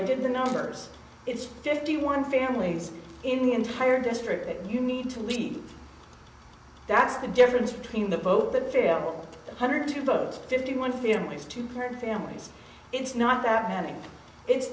i did the numbers it's fifty one families in the entire district that you need to leave that's the difference between the vote that failed hundred two votes fifty one families two parent families it's not that i'm having it's